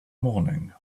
morning